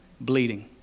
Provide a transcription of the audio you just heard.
bleeding